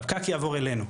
הפקק יעבור אלינו,